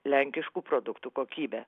lenkiškų produktų kokybe